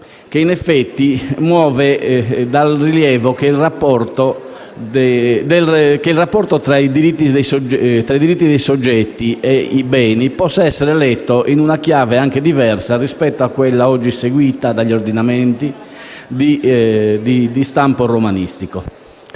che, in effetti, muove dal rilievo che il rapporto tra i diritti dei soggetti e i beni possa essere letto in una chiave anche diversa rispetto a quella oggi seguita dagli ordinamenti di stampo romanistico.